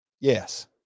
Yes